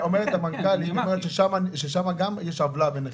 אומרת המנכ"לית שגם בקצבת נכי צה"ל יש עוולה.